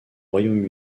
royaume